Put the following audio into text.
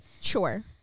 sure